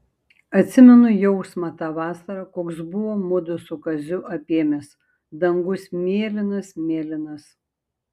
atsimenu jausmą tą vasarą koks buvo mudu su kaziu apėmęs dangus mėlynas mėlynas